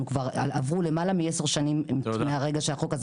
עברו למעלה מ-10 שנים מהרגע שהחוק הזה